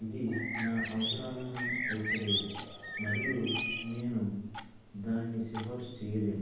ఇది నా అవసరాలను తీర్చలేదు మరియు నేను దానిని సిఫార్సు చేయలేను